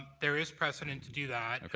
there is precedence to do that.